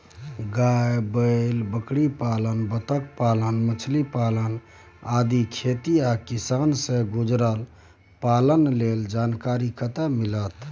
गाय, बैल, बकरीपालन, बत्तखपालन, मछलीपालन आदि खेती आ किसान से जुरल पालन लेल जानकारी कत्ते मिलत?